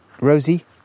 Rosie